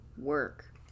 work